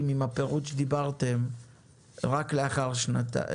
עם הפירוט שדיברתם רק לאחר שנתיים,